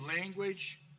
language